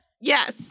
Yes